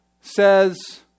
says